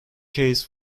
case